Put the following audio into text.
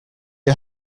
are